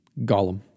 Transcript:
Gollum